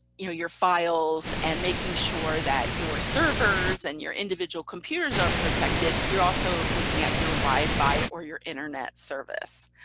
you know your files, and making sure that your servers and your individual computers are protected. you're also looking at your wi-fi or your internet service.